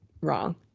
wrong